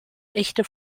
echte